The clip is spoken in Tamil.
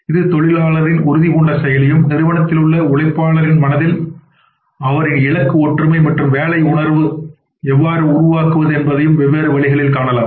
இது தொழிலாளரின் உறுதிபூண்ட செயலையும் நிறுவனத்தில் உள்ள உழைப்பாளரின் மனதில் அவர்களின் இலக்குஒற்றுமை மற்றும் வேலை உணர்வை எவ்வாறு உருவாக்குவது என்பதையும்வெவ்வேறு வழிகளில் காணலாம்